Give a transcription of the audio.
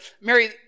Mary